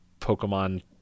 Pokemon